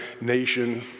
nation